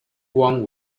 want